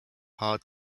hard